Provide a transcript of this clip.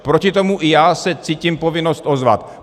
Proti tomu i já cítím povinnost se ozvat.